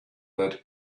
that